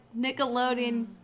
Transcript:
Nickelodeon